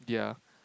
ya